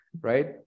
right